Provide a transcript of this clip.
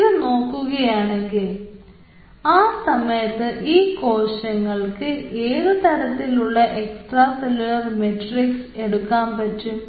ഇത് നോക്കുകയാണെങ്കിൽ ആ സമയത്ത് ഈ കോശങ്ങൾക്ക് ഏത് തരത്തിലുള്ള എക്സ്ട്രാ സെല്ലുലാർ മാട്രിക്സ് എടുക്കാൻ പറ്റും